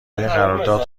قرارداد